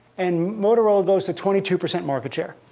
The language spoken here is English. and motorola goes to twenty two percent market share.